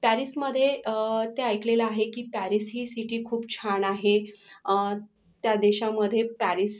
पॅरिसमदे ते ऐकलेलं आहे की पॅरिस ही सिटी खूप छान आहे त्या देशामध्ये पॅरिस